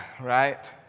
right